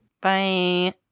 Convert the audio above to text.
Bye